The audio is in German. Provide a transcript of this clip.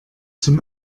zum